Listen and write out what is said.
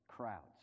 crowds